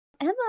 Emma